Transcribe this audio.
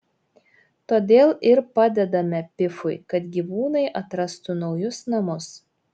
todėl ir padedame pifui kad gyvūnai atrastų naujus namus